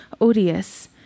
odious